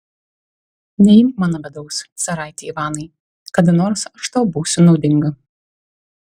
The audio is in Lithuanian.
neimk mano medaus caraiti ivanai kada nors aš tau būsiu naudinga